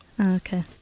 Okay